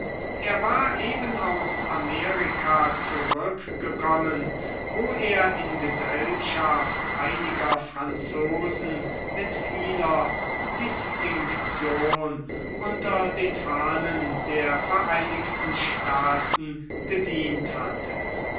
er war eben aus amerika zurückgekommen wo er in gesellschaft einiger franzosen mit vieler distinktion unter den fahnen der vereinigten staaten gedient hatte